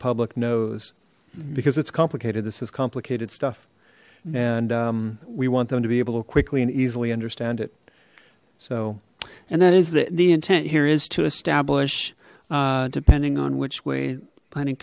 public knows because it's complicated this is complicated stuff and we want them to be able to quickly and easily understand it so and that is that the intent here is to establish depending on which way planning